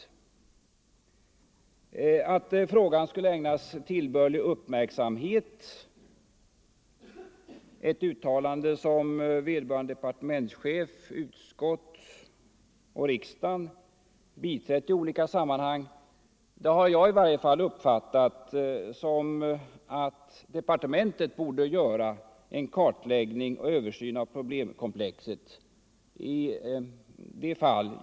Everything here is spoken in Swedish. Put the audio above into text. Uttalandet att frågan skulle ägnas ”tillbörlig uppmärksamhet”, vilket också biträtts av vederbörande departementschef, utskott och riksdag i olika sammanhang, har i varje fall jag uppfattat så att departementet borde göra en kartläggning och översyn av problemkomplexet.